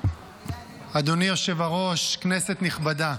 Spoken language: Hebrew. אדוני היושב-ראש, כנסת נכבדה,